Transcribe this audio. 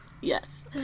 Yes